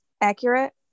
accurate